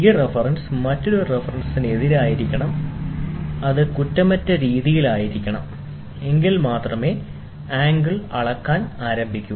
ഈ റഫറൻസ് മറ്റൊരു റഫറൻസിന് എതിരായിരിക്കണം അത് കുറ്റമറ്റ രീതിയിൽ ആയിരിക്കണം എങ്കിൽ മാത്രമേ ആംഗിൾ അളക്കാൻ ആരംഭിക്കൂ